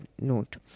note